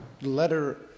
letter